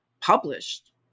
published